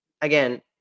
again